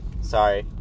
Sorry